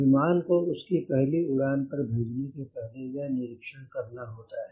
विमान को उसकी पहली उड़ान पर भेजने के पहले यह निरीक्षण करना होता है